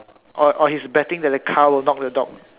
or or he is betting that the car will knock the dog